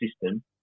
system